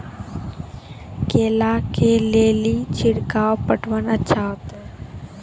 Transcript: केला के ले ली छिड़काव पटवन अच्छा होते?